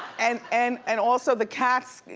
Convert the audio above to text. and and and also the cats,